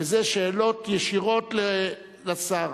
וזה שאלות ישירות לשר.